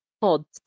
pods